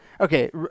Okay